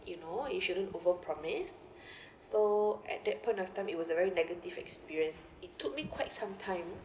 you know you shouldn't over promise so at that point of time it was a very negative experience it took me quite some time